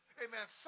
amen